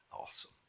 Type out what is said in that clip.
Awesome